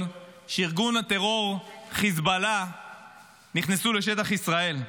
שארגון הטרור חיזבאללה הכניסו לשטח ישראל.